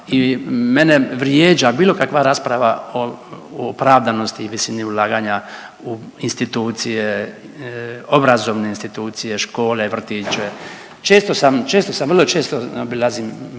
i mene vrijeđa bilo kakva rasprava o opravdanosti i visini ulaganja u institucije, obrazovne institucije, škole, vrtiće. Često sam, često sam, vrlo često obilazim